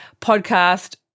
podcast